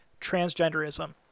transgenderism